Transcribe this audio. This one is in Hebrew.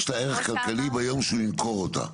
כמו שאמרנו.